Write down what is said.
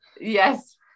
Yes